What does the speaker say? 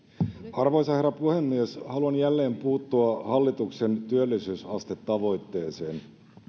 arvoisa herra puhemies haluan jälleen puuttua hallituksen työllisyysastetavoitteeseen